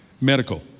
medical